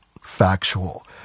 factual